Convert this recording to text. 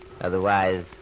Otherwise